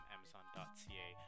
Amazon.ca